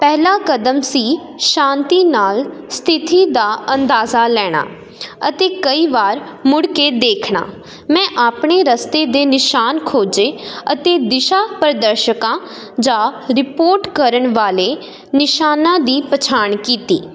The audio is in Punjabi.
ਪਹਿਲਾ ਕਦਮ ਸੀ ਸ਼ਾਂਤੀ ਨਾਲ ਸਥਿਤੀ ਦਾ ਅੰਦਾਜ਼ਾ ਲੈਣਾ ਅਤੇ ਕਈ ਵਾਰ ਮੁੜ ਕੇ ਦੇਖਣਾ ਮੈਂ ਆਪਣੇ ਰਸਤੇ ਦੇ ਨਿਸ਼ਾਨ ਖੋਜੇ ਅਤੇ ਦਿਸ਼ਾ ਪ੍ਰਦਰਸ਼ਕਾਂ ਜਾਂ ਰਿਪੋਰਟ ਕਰਨ ਵਾਲੇ ਨਿਸ਼ਾਨਾ ਦੀ ਪਛਾਣ ਕੀਤੀ